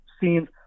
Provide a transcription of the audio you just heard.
scenes